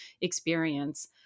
experience